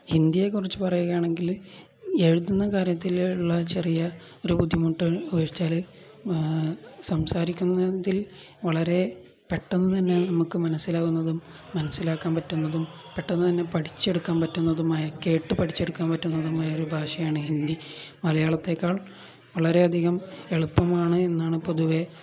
ഹിന്ദിയെക്കുറിച്ചു പറയുകയാണെങ്കില് എഴുതുന്ന കാര്യത്തിലുള്ള ചെറിയ ഒരു ബുദ്ധിമുട്ട് ഒഴിച്ചാല് സംസാരിക്കുന്നതിൽ വളരെ പെട്ടെന്നു തന്നെ നമുക്കു മനസ്സിലാവുന്നതും മനസ്സിലാക്കാൻ പറ്റുന്നതും പെട്ടെന്നു തന്നെ പഠിച്ചെടുക്കാൻ പറ്റുന്നതുമായ കേട്ടു പഠിച്ചെടുക്കാൻ പറ്റുന്നതുമായൊരു ഭാഷയാണ് ഹിന്ദി മലയാളത്തേക്കാൾ വളരെയധികം എളുപ്പമാണ് എന്നാണു പൊതുവെ